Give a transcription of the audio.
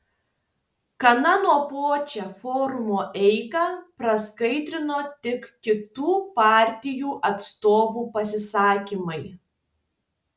gana nuobodžią forumo eigą praskaidrino tik kitų partijų atstovų pasisakymai